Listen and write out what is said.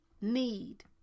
need